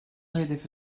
hedefi